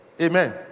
Amen